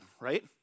right